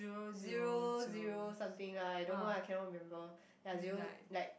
zero zero something lah I don't know I cannot remember ya zero like